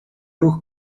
ruch